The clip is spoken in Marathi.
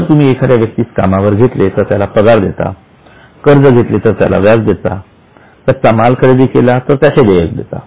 जर तुम्ही एखाद्या व्यक्तीस कामावर घेतले तर त्याला पगार देता कर्ज घेतले तर व्याज देता कच्चा माल खरेदी केला तर त्याचे देयक देता